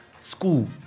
school